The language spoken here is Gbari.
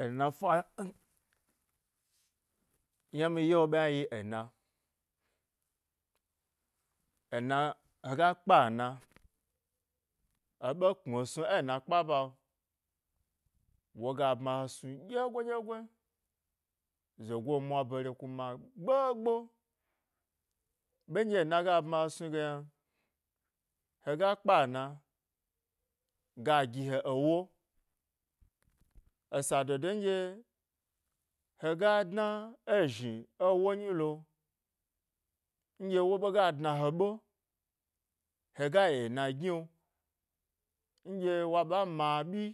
Ena fa yna mi yewo ɓe yna yi ena, ena hega kpe ena eɓe kpmi snu ėna kpa ba, woga bma he snu dyego dye goe, zogo mwa bare kuna gbo gbo, hega kpa ena ga gi he, ewo, esa do do nɗye hega dna ezhni ewo nyi lo nɗye ewo ɓe ga dna he ɓe, hega yiena gyno, nɗye wa ɓa ma eɓyi,